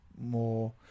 more